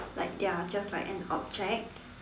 like they're just like an object